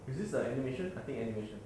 is this a animation I think animation